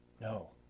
No